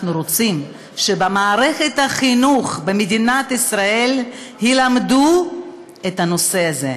אנחנו רוצים שבמערכת החינוך במדינת ישראל ילמדו את הנושא הזה,